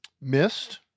missed